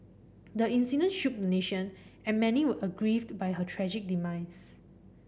the incident shook the nation and many were aggrieved by her tragic demise